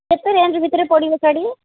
କେତେ ରେଞ୍ଜ୍ ଭିତରେ ପଡ଼ିବ ଶାଢ଼ୀ